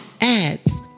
ads